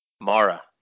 Mara